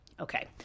Okay